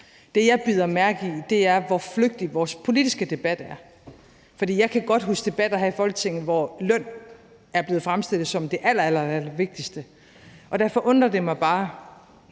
Det, jeg bider mærke i, er, hvor flygtig vores politiske debat er. For jeg kan godt huske debatter her i Folketinget, hvor løn er blevet fremstillet som det allerallervigtigste. Og derfor undrer det mig bare,